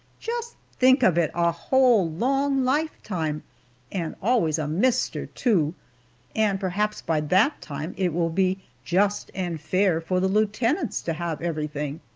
just think of it a whole long lifetime and always a mister, too and perhaps by that time it will be just and fair for the lieutenants to have everything!